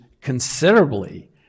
considerably